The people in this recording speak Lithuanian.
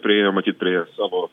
priėjo matyt prie savo